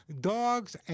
Dogs